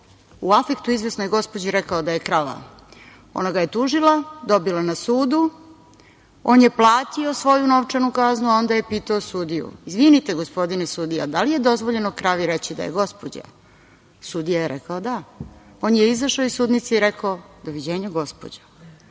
u afektu, izvesnoj gospođi rekao da je krava. Ona ga je tužila, dobila na sudu, on je platio svoju novčanu kaznu, a onda je pitao sudiju: „Izvinite, gospodine sudija, da li je dozvoljeno kravi reći da je gospođa?“ Sudija je rekao: „Da“. On je izašao iz sudnice i rekao: „Doviđenja gospođo“.